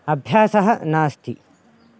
अभ्यासः नास्ति